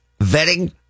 vetting